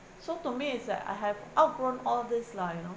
so to me is like I have outgrown all these lah you know